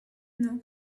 dog